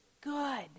good